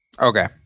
okay